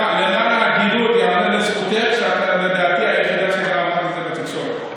למען ההגינות ייאמר לזכותך שאת לדעתי גם היחידה שאמרת את זה בתקשורת.